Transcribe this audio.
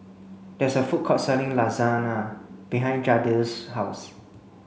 there is a food court selling Lasagna behind Jadiel's house